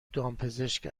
دامپزشک